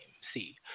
See